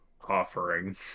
offering